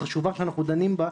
החשובה שאנחנו דנים בה,